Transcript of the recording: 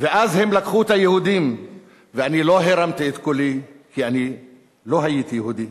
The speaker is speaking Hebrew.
ואז הם לקחו את היהודים/ ואני לא הרמתי את קולי כי אני לא הייתי יהודי/